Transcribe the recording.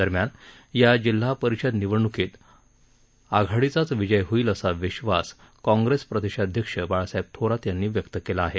दरम्यान या जिल्हा परिषद निवडणूकीत आघाडीचाच विजय होईल असा विश्वास काँग्रेस प्रदेशाध्यक्ष बाळासाहेब थोरात यांनी व्यक्त केला आहे